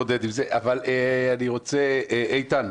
איתן,